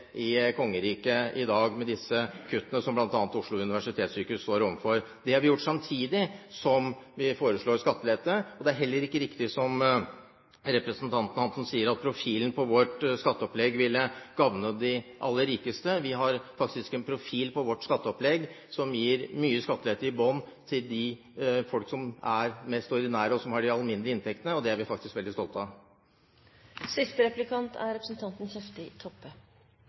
i kongeriket i dag, med kuttene som bl.a. Oslo universitetssykehus står overfor. Det har vi gjort samtidig som vi foreslår skattelette. Det er heller ikke riktig, som representanten Hansen sier, at profilen på vårt skatteopplegg ville gagne de aller rikeste. Vi har faktisk en profil på vårt skatteopplegg som gir mye skattelette i bunnen til vanlige folk, og som har alminnelige inntekter, og det er vi faktisk veldig stolte av.